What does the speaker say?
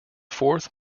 fourth